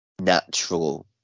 natural